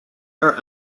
are